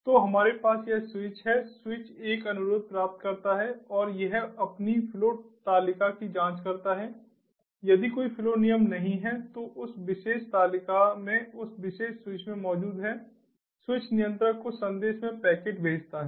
तो हमारे पास यह स्विच है स्विच एक अनुरोध प्राप्त करता है और यह अपनी फ्लो तालिका की जांच करता है यदि कोई फ्लो नियम नहीं है जो उस विशेष तालिका में उस विशेष स्विच में मौजूद है स्विच नियंत्रक को संदेश में पैकेट भेजता है